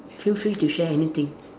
feel free to share anything